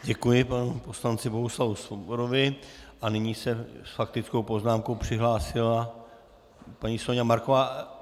Děkuji panu poslanci Bohuslavu Svobodovi a nyní se s faktickou poznámkou přihlásila paní Soňa Marková.